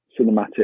cinematic